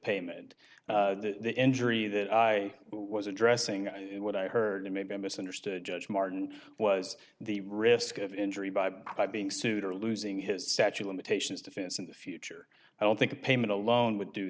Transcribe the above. payment the injury that i was addressing what i heard or maybe i misunderstood judge martin was the risk of injury by being sued or losing his statue limitations defense in the future i don't think a payment alone would do